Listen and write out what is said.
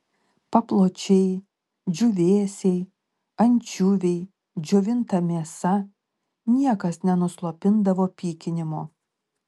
papločiai džiūvėsiai ančiuviai džiovinta mėsa niekas nenuslopindavo pykinimo